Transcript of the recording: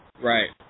Right